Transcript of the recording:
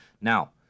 Now